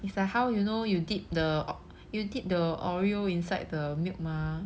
it's like how you know you dip the or~ you dip the Oreo inside the milk mah